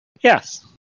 Yes